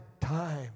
time